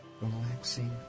relaxing